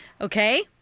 Okay